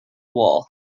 wall